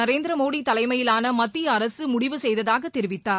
நரேந்திரமோடி தலைமையிலான மத்திய அரசு முடிவு செய்ததாக தெரிவித்தார்